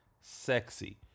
sexy